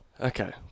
Okay